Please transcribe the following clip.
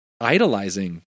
idolizing